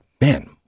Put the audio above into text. man